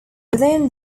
within